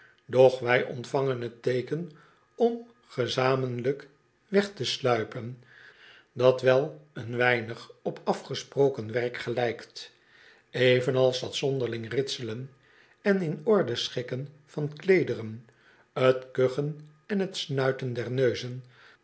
doch wij ontvangen t teeken om gezamenlijk weg te sluipen dat wel een weinig op afgesproken werk gelijkt evenals dat zonderling ritselen en in orde schikken van kleederen t kuchen en t snuiten der neuzen